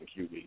QB